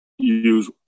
Use